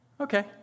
okay